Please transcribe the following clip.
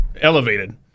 elevated